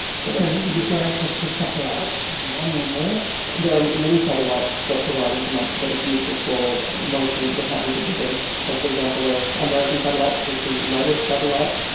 so you've got access to satellites, one or more? there are many satellites that provide information that is useful for monitoring the patterns of disease. so, for example, there american satellites, there's the modus satellite,